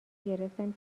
گرفتم